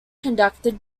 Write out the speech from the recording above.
conducted